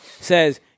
says